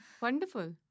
Wonderful